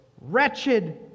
Wretched